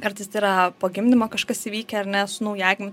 kartais tai yra po gimdymo kažkas įvykę ar ne su naujagimiu